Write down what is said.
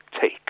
take